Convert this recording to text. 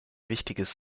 wichtiges